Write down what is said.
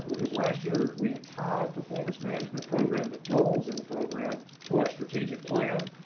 it was last year we tied performance management program the goals of the program to our strategic plan,